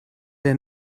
der